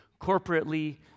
corporately